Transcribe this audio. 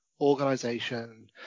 organization